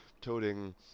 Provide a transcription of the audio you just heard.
toting